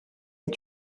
est